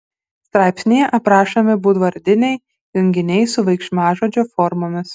straipsnyje aprašomi būdvardiniai junginiai su veiksmažodžio formomis